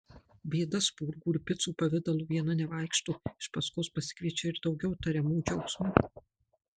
bėda spurgų ir picų pavidalu viena nevaikšto iš paskos pasikviečia ir daugiau tariamų džiaugsmų